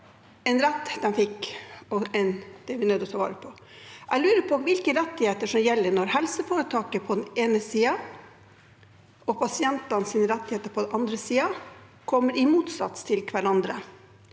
en rett de fikk, og det er vi nødt til å ta vare på. Jeg lurer på hvilke rettigheter som gjelder når helseforetaket på den ene siden og pasientenes rettigheter på den andre siden kommer i motsats til hverandre.